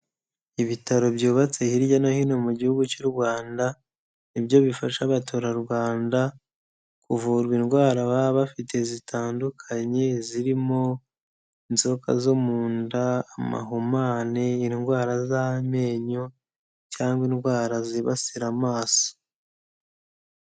Ibitaro byubatse hirya no hino mu gihugu cy'u Rwanda, ni byo bifasha abaturarwanda, kuvurwa indwara baba bafite zitandukanye zirimo, inzoka zo mu nda, amahumane, indwara z'amenyo, cyangwa indwara zibasira amaso.